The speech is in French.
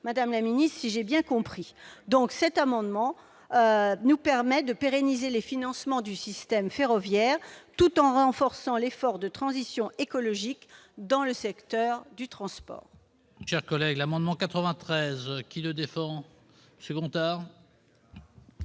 madame la ministre, si j'ai bien compris. L'adoption de cet amendement pérenniserait les financements du système ferroviaire tout en renforçant l'effort de transition écologique dans le secteur du transport.